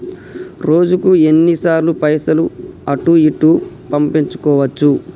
రోజుకు ఎన్ని సార్లు పైసలు అటూ ఇటూ పంపించుకోవచ్చు?